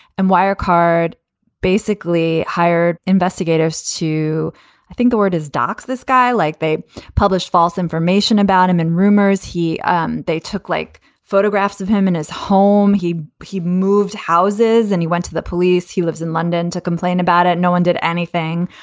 and wire card basically hired investigators to think the word is. this guy, like they published false information about him and rumors he um they took like photographs of him in his home. he he moved houses and he went to the police. he lives in london to complain about it. no one did anything.